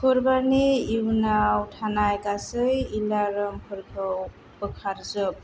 शक्रुबारनि इयुनाव थानाय गासै एलार्मफोरखौ बोखारजोब